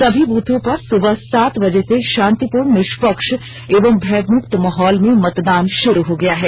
सभी बूथों पर सुबह सात बजे से शांतिपूर्ण निष्पक्ष एवं भयमुक्त माहौल में मतदान शुरू हो गया है